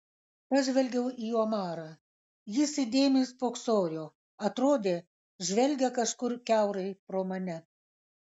pažvelgiau į omarą jis įdėmiai spoksojo atrodė žvelgia kažkur kiaurai pro mane